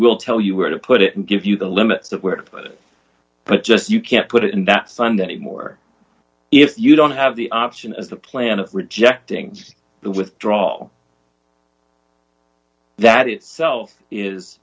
will tell you where to put it and give you the limits of where but just you can't put it in that sunday anymore if you don't have the option as the plan of rejecting the withdraw all that itself is